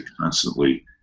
constantly